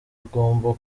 agomba